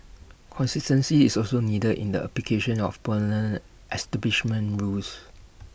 consistency is also needed in the application of establishment rules